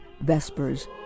vespers